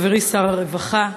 חברי שר הרווחה,